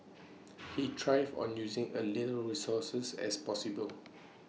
he thrives on using A little resources as possible